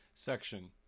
Section